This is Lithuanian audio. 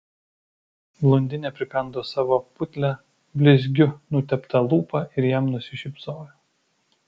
blondinė prikando savo putlią blizgiu nuteptą lūpą ir jam nusišypsojo